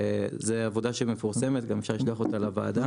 זה עבודה שמפורסמת, אפשר לשלוח אותה לוועדה.